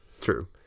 True